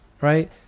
right